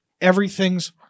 everything's